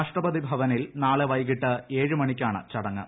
രാഷ്ട്രപതി ഭവനിൽ നാളെ വൈകിട്ട് ഏഴ് മണിക്കാണ് ചടങ്ങ്